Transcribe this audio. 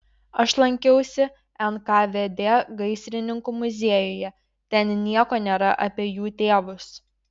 aš lankiausi nkvd gaisrininkų muziejuje ten nieko nėra apie jų tėvus